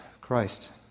Christ